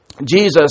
Jesus